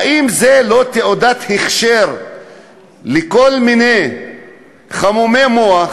האם זה לא תעודת הכשר לכל מיני חמומי מוח,